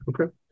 Okay